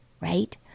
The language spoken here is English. right